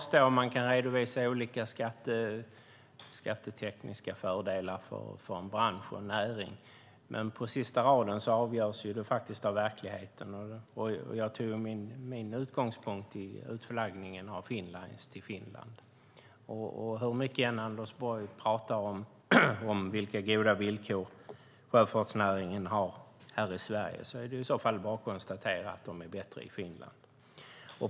Branschen och näringen kan redovisa olika skattetekniska fördelar, men till sist avgörs det faktiskt av verkligheten. Jag tog min utgångspunkt i utflaggningen till Finland. Hur mycket Anders Borg än pratar om vilka goda villkor sjöfartsnäringen har här i Sverige är det bara att konstatera att de är bättre i Finland.